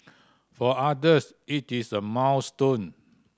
for others it is a milestone